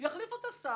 אמרו לי: אתה מישראל?